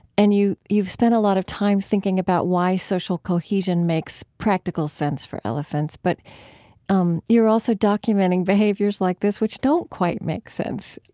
and you've spent a lot of time thinking about why social cohesion makes practical sense for elephants. but um you're also documenting behaviors like this, which don't quite make sense,